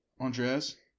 Andres